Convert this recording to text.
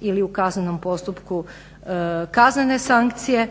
ili u kaznenom postupku kaznene sankcije.